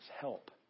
help